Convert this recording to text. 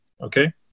okay